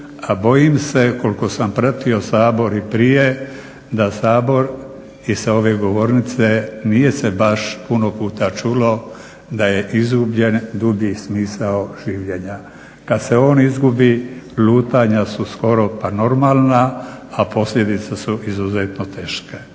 a bojim se koliko sam pratio Sabor i prije da Sabor i sa ove govornice nije se baš puno puta čulo da je izgubljen dublji smisao življenja. Kad se on izgubi lutanja su skoro pa normalna, a posljedice su izuzetno teške.